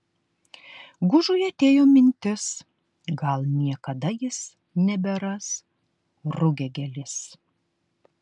gužui atėjo mintis gal niekada jis neberas rugiagėlės